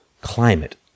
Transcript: climate